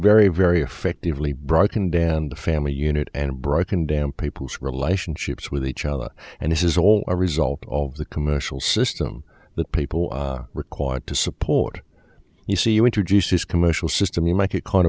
very very effectively broken down the family unit and broken down people's relationships with each other and this is all a result of the commercial system that people are required to support you see you introduce this commercial system you m